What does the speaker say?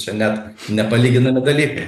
čia net nepalyginami dalykai